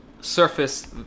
surface